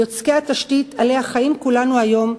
יוצקי התשתית שעליה חיים כולנו היום,